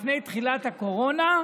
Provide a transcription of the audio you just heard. לפני תחילת הקורונה,